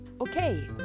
okay